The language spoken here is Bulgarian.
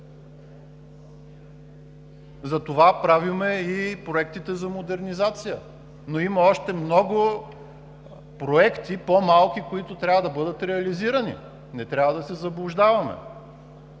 Затова правим и проектите за модернизация, но има още много по-малки проекти, които трябва да бъдат реализирани. Не трябва да се заблуждаваме,